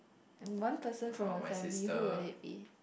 and one person from your family who would it be